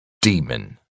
Demon